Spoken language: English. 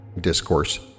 Discourse